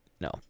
no